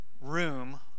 room